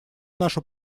нашу